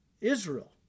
Israel